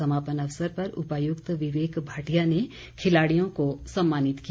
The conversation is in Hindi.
समापन अवसर पर उपायुक्त विवेक भाटिया ने खिलाड़ियों को सम्मानित किया